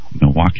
Milwaukee